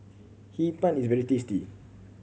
Hee Pan is very tasty